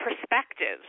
perspectives